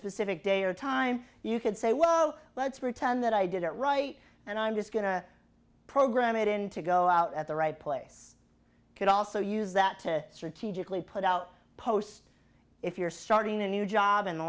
specific day or time you could say well let's pretend that i did it right and i'm just going to program it in to go out at the right place could also use that to strategically put out a post if you're starting a new job and the